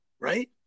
Right